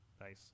Nice